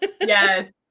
Yes